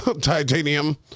titanium